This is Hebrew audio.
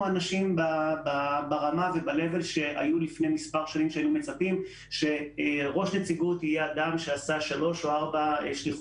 שר חוץ במשרה מלאה לצורך העניין,